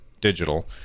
digital